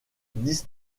dix